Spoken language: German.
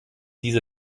diese